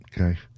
Okay